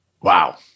Wow